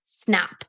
snap